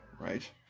right